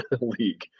league